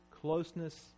closeness